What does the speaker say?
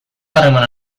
harremana